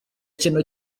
ikintu